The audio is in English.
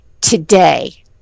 today